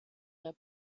their